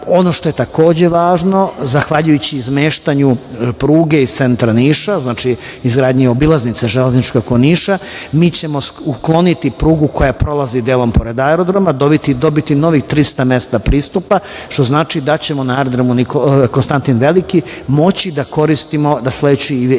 što je takođe važno, zahvaljujući izmeštanju pruge iz centra Niša, znači izgradnje obilaznice železničke oko Niša, mi ćemo ukloniti prugu koja prolazi delom pored aerodroma, dobiti novih 300 mesta pristupa, što znači da ćemo na aerodromu "Konstantin Veliki" moći da koristimo da sleću i avioni